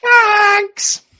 Thanks